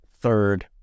third